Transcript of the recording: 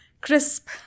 crisp